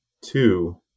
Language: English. two